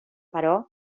però